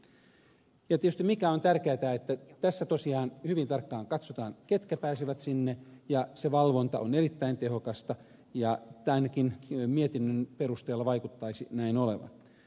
tietysti se mikä on tärkeätä on se että tässä tosiaan hyvin tarkkaan katsotaan ketkä pääsevät sinne ja se valvonta on erittäin tehokasta ja ainakin mietinnön perusteella näin vaikuttaisi olevan